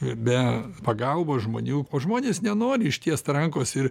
ir be pagalbos žmonių o žmonės nenori ištiest rankos ir